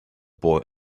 boy